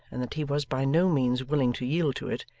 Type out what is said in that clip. and that he was by no means willing to yield to it,